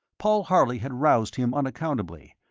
paul harley had roused him unaccountably,